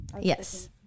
Yes